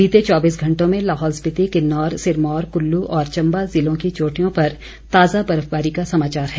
बीते चौबीस घंटों में लाहौल स्पीति किन्नौर सिरमौर कुल्लू और चम्बा ज़िलों की चोटियों पर ताज़ा बर्फबारी का समाचार है